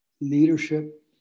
Leadership